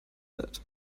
head